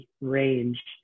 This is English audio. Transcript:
range